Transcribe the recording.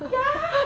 ya